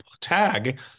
tag